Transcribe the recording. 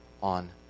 On